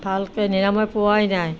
ভালকৈ নিৰাময় পোৱাই নাই